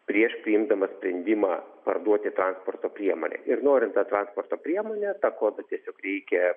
prieš priimdamas sprendimą parduoti transporto priemonę ir norint tą transporto priemonę tą kodą tiesiog reikia